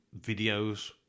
videos